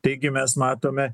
taigi mes matome